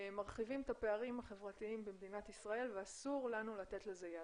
מרחיבים את הפערים החברתיים במדינת ישראל ואסור לנו לתת לזה יד.